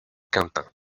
quintin